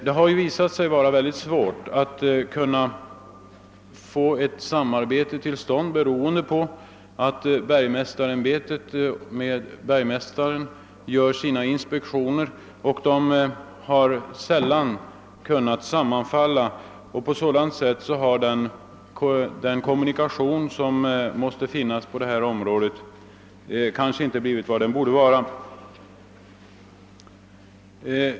Det har emellertid visat sig mycket svårt att få ett sådant samarbete till stånd, beroende på att bergmästaren sällan kan förlägga sina inspektioner så att de sammanfaller med önskemålen från andra håll. På grund härav har den kommunikation som bör finnas på detta område inte alltid blivit vad den borde vara.